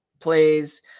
plays